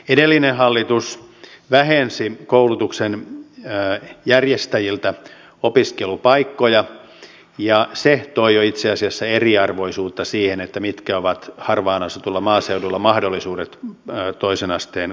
edellinen hallitus vähensi koulutuksen järjestäjiltä opiskelupaikkoja ja se toi jo itse asiassa eriarvoisuutta siihen mitkä ovat harvaan asutulla maaseudulla mahdollisuudet toisen asteen koulutuksiin